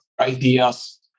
ideas